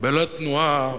בלא תנועה.